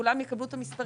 כולם יקבלו את המספרים.